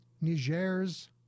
Niger's